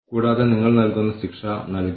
അപ്പോൾ നമ്മൾക്ക് ജീവനക്കാരുടെ കഴിവുണ്ട്